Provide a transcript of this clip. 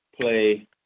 play